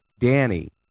Danny